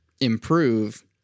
improve